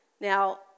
Now